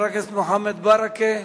חבר הכנסת מוחמד ברכה,